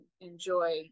enjoy